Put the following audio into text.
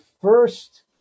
first